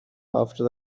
after